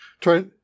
try